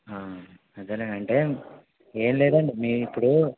అదే నె అంటే ఏం లేదండి మీరు ఎప్పుడు